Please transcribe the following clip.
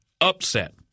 upset